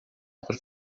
per